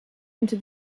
into